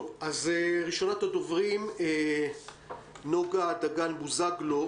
ראשונת הדוברים היא נוגה דגן בוזגלו,